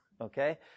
Okay